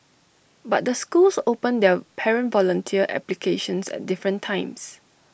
but the schools open their parent volunteer applications at different times